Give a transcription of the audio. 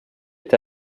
est